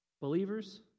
believers